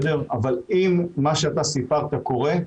אבל אם מה שאתה סיפרת קורה,